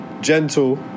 gentle